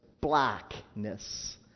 blackness